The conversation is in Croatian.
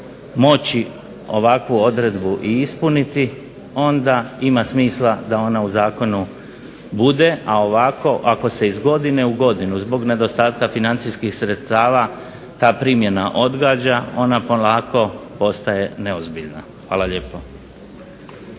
moći ovakvu odredbu i ispuniti, onda ima smisla da ona u zakonu bude. A ovako ako se iz godine u godinu zbog nedostatka financijskih sredstava ta primjena odgađa ona polako postaje neozbiljna. Hvala lijepo.